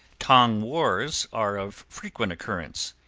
tong wars are of frequent occurrence,